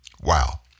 Wow